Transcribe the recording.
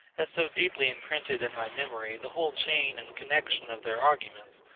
has so deeply imprinted in my memory the whole chain and connection of their arguments,